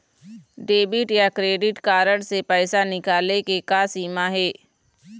Debit या credit card से पैसा निकाले के का सीमा हे?